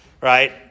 Right